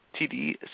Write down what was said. TD